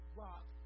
rock